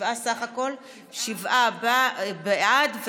שבעה בעד.